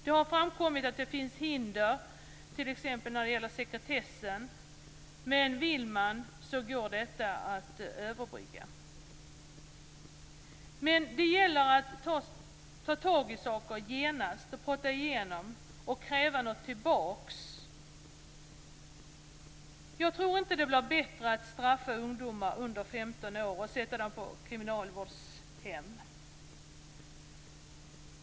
Det har framkommit att det finns hinder, t.ex. när det gäller sekretessen, men vill man går detta att överbrygga. Det gäller dock att ta tag i saker genast, prata igenom dem och kräva något tillbaka. Jag tror inte att det blir bättre av att man straffar ungdomar under 15 år och sätter dem på kriminalvårdshem.